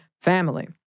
family